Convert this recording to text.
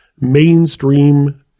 mainstream